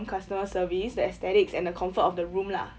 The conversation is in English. customer service the aesthetics and the comfort of the room lah